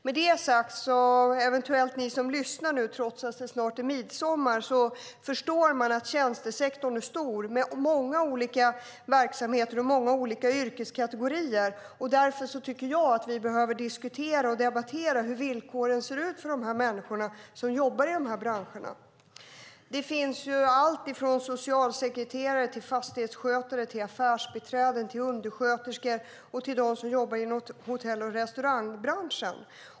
Med det sagt - till er som eventuellt lyssnar nu trots att det snart är midsommar - förstår man att tjänstesektorn är stor, med många olika verksamheter och många olika yrkeskategorier. Därför tycker jag att vi behöver diskutera och debattera hur villkoren ser ut för de människor som jobbar i dessa branscher. Det finns allt ifrån socialsekreterare till fastighetsskötare, affärsbiträden, undersköterskor och de som jobbar inom hotell och restaurangbranschen.